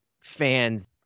fans